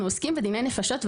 עוסקים בדיני נפשות,